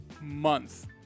month